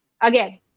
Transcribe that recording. again